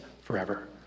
forever